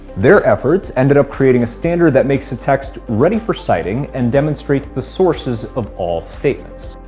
their efforts ended up creating a standard that makes a text ready for citing, and demonstrates the sources of all statements.